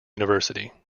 university